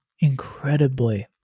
incredibly